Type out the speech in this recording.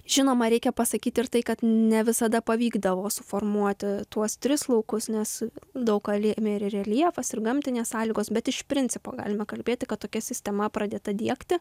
žinoma reikia pasakyti ir tai kad ne visada pavykdavo suformuoti tuos tris laukus nes daug ką lėmė ir reljefas ir gamtinės sąlygos bet iš principo galima kalbėti kad tokia sistema pradėta diegti